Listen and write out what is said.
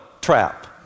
trap